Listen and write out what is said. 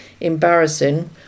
embarrassing